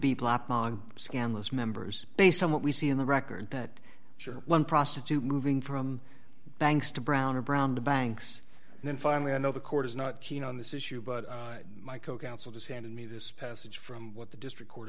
be scandalous members based on what we see in the record that show one prostitute moving from banks to brown or brown to banks and then finally i know the court is not keen on this issue but my co counsel just handed me this passage from what the district court